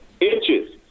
inches